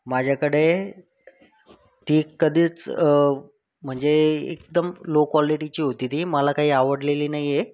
माझ्याकडे ती कधीच म्हणजे एकदम लो क्वॉलिटीची होती ती मला काही आवडलेली नाही आहे